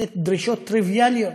אלה דרישות טריוויאליות,